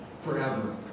forever